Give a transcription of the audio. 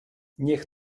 niech